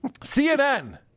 CNN